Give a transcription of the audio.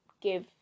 give